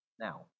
Now